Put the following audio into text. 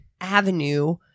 avenue